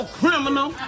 criminal